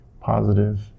positive